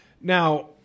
Now